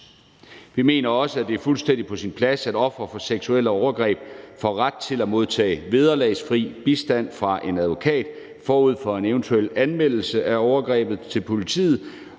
Vi mener også, at det er fuldstændig på sin plads, at ofre for seksuelle overgreb får ret til at modtage vederlagsfri bistand fra en advokat forud for en eventuel anmeldelse af overgrebet til politiet